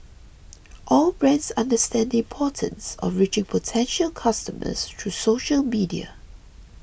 all brands understand the importance of reaching potential customers through social media